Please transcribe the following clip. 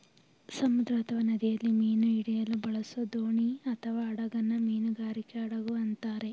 ಸಮುದ್ರ ಅಥವಾ ನದಿಯಲ್ಲಿ ಮೀನು ಹಿಡಿಯಲು ಬಳಸೋದೋಣಿಅಥವಾಹಡಗನ್ನ ಮೀನುಗಾರಿಕೆ ಹಡಗು ಅಂತಾರೆ